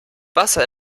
wasser